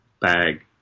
bag